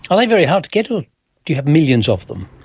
are they very hard to get, or do you have millions of them?